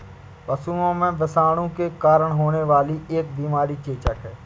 पशुओं में विषाणु के कारण होने वाली एक बीमारी चेचक है